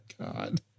god